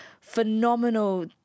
phenomenal